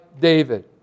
David